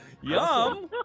Yum